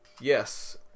Yes